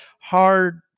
hard